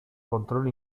control